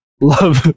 love